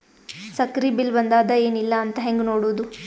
ಸಕ್ರಿ ಬಿಲ್ ಬಂದಾದ ಏನ್ ಇಲ್ಲ ಅಂತ ಹೆಂಗ್ ನೋಡುದು?